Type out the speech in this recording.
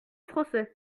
français